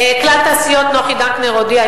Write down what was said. "כלל תעשיות" נוחי דנקנר הודיע,